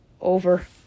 Over